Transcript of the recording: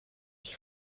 you